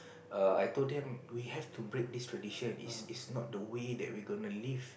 err I told them we have to break this tradition is is not the way that we gonna live